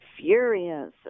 furious